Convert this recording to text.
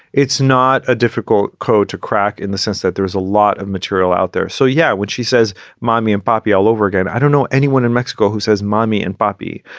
it's not a difficult code to crack in the sense that there is a lot of material out there. so, yeah, when she says mommy and poppy all over again, i don't know anyone in mexico who says mommy and poppy,